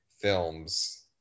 films